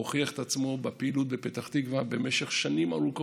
הוא הוכיח את עצמו בפעילות בפתח תקווה במשך שנים ארוכות.